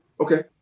okay